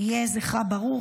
יהיה זכרה ברוך.